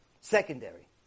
secondary